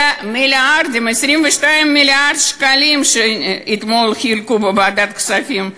22 מיליארד שקלים שאתמול חילקו בוועדת הכספים.